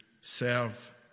serve